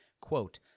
Quote